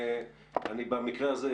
במקרה הזה,